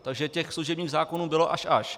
Takže těch služebních zákonů bylo až až.